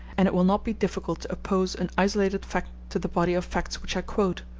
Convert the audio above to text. and it will not be difficult to oppose an isolated fact to the body of facts which i quote,